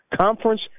conference